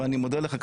ואני מודה לך.